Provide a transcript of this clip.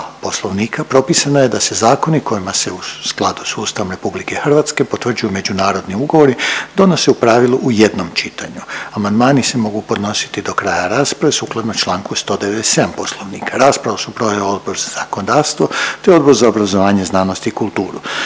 Poslovnika propisano je da se zakoni kojima se u skladu s Ustavom RH potvrđuju međunarodni ugovori donose u pravilu u jednom čitanju. Amandmani se mogu podnositi do kraja rasprave sukladno čl. 197. Poslovnika. Raspravu su proveli Odbor za zakonodavstvo, te Odbor za obrazovanje, znanost i kulturu.